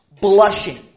blushing